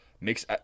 makes